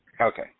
Okay